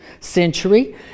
century